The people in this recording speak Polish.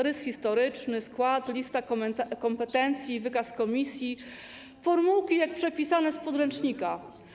Rys historyczny, skład, lista kompetencji, wykaz komisji, formułki jak przepisane z podręcznika.